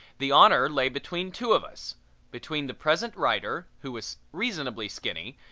the honor lay between two of us between the present writer, who was reasonably skinny,